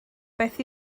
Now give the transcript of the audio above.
beth